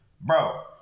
Bro